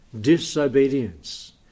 disobedience